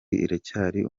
iracyari